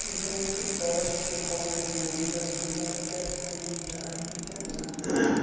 اِنسٲنِیَتُک دَرَس چھُ قرانِ مجیٖدَس اَندَر پرٛٮ۪تھ کُنہِ جایہِ ییٚتٮ۪ن زَن